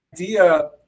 idea